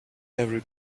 every